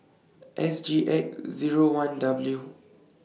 S G X Zero one W